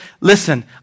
listen